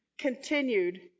Continued